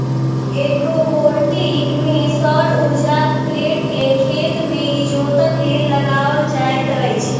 agrovoltaic मे सौर उर्जाक प्लेट के खेत मे इजोतक लेल लगाओल जाइत छै